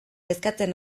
kezkatzen